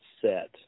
set